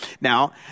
Now